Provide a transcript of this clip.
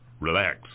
Relax